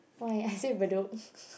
why I sit Bedok